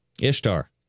Ishtar